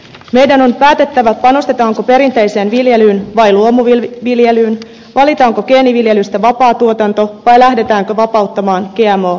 meidän on päätettävä panostetaanko perinteiseen viljelyyn vai luomuviljelyyn valitaanko geeniviljelystä vapaa tuotanto vai lähdetäänkö vapauttamaan gmo viljelyä